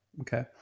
Okay